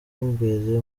imbere